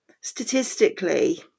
statistically